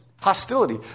hostility